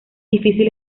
difícil